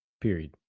period